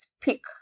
speak